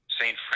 Saint